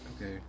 Okay